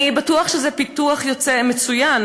אני בטוח שזה פיתוח מצוין,